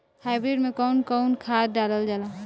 Hybrid में कउन कउन खाद डालल जाला?